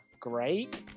great